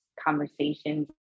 conversations